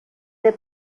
the